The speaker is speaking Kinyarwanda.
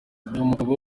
umugabo